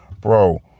bro